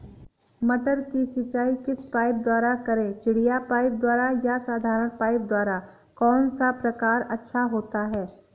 मटर की सिंचाई किस पाइप द्वारा करें चिड़िया पाइप द्वारा या साधारण पाइप द्वारा कौन सा प्रकार अच्छा होता है?